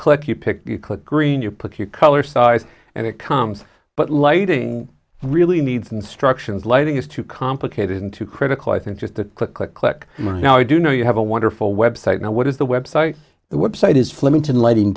click you pick you click green you put your color size and it comes but lighting really needs instructions lighting is too complicated and too critical i think just the click click click right now i do know you have a wonderful website now what is the web site the web site is flemington lighting